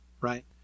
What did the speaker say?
right